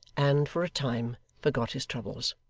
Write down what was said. and, for a time, forgot his troubles.